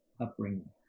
upbringing